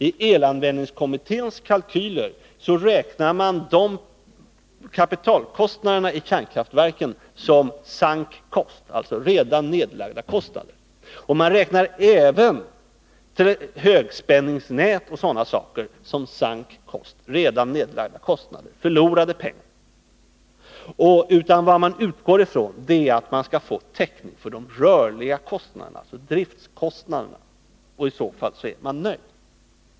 I elanvändningskommitténs kalkyler räknar man med kapitalkostnaderna i kärnkraftsverken som sunk costs, dvs. redan nedlagda kostnader. Man räknar även högspänningsnät och sådana saker som sunk costs, redan nedlagda kostnader, dvs. förlorade pengar. Vad man utgår från är att man skall få täckning för de rörliga kostnaderna, dvs. för driftkostnaderna. I så fall är man nöjd.